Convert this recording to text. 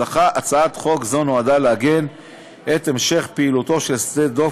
הצעת חוק זו נועדה לעגן את המשך פעילותו של שדה-דב